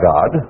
God